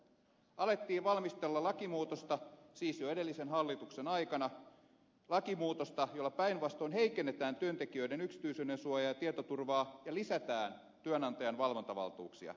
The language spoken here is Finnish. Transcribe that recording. alettiin valmistella lakimuutosta siis jo edellisen hallituksen aikana lakimuutosta jolla päinvastoin heikennetään työntekijöiden yksityisyyden suojaa ja tietoturvaa ja lisätään työnantajan valvontavaltuuksia